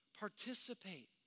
participate